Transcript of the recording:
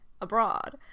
abroad